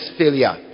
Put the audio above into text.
failure